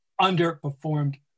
underperformed